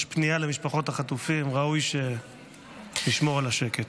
יש פנייה למשפחות החטופים, ראוי שנשמור על השקט.